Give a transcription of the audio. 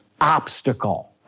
obstacle